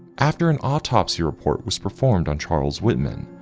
after an autopsy report was performed on charles whitman,